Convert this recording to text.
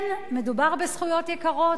כן, מדובר בזכויות יקרות.